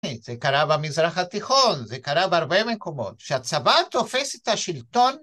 זה קרה במזרח התיכון, זה קרה בהרבה מקומות, שהצבא תופס את השלטון